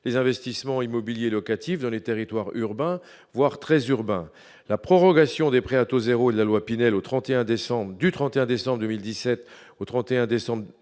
les investissements immobiliers locatifs dans les territoires urbains, voire très urbain, la prorogation des prêts à taux 0, la loi Pinel au 31 décembre du 31 décembre 2017